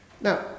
Now